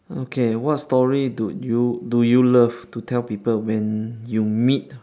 okay what story do you do you love to tell people when you meet